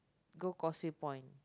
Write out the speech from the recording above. go Causeway-Point